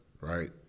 right